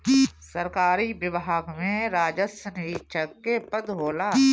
सरकारी विभाग में राजस्व निरीक्षक के पद होला